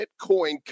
Bitcoin